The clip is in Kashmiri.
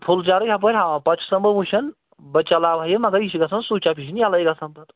فُل چارٕج ہَپٲرۍ ہاوان پتہٕ چُھسَن بہٕ وٕچھان بہٕ چلاوان یہِ مگر یہِ چھِ گَژھان سُچ آف یہِ چھِنہٕ یَلَے گَژھان پتہٕ